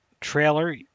trailer